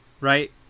Right